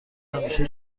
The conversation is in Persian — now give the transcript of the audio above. همیشه